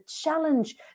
challenge